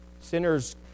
sinners